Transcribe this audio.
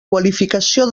qualificació